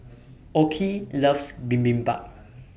Okey loves Bibimbap